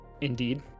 Indeed